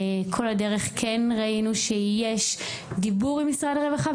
כן ראינו לאורך כל הדרך שיש דיבור עם משרד הרווחה,